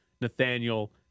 Nathaniel